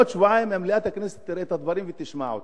בעוד שבועיים מליאת הכנסת תראה את הדברים ותשמע אותם.